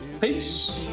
Peace